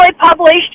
published